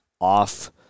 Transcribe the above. off